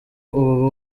ubu